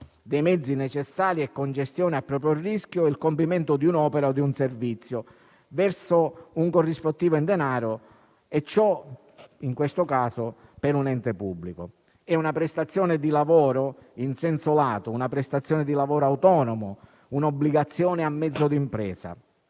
dei mezzi necessari e gestione a proprio rischio, il compimento di un'opera o un servizio verso un corrispettivo in denaro (e ciò, in questo caso, per un ente pubblico). È, in senso lato, una prestazione di lavoro autonomo, un'obbligazione a mezzo di impresa.